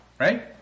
Right